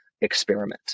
experiment